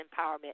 Empowerment